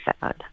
sad